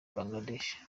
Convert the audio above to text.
bangladesh